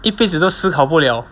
一辈子都思考不了